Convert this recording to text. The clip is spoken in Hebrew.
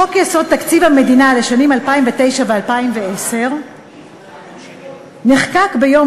חוק-יסוד: תקציב המדינה לשנים 2009 ו-2010 נחקק ביום